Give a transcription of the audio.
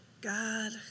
God